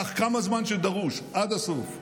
קח כמה זמן שדרוש, עד הסוף.